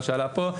מה שעלה פה,